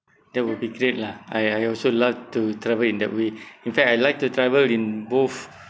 that will be great lah I I also love to travel in that way in fact I like to travel in both